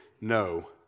no